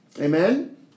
Amen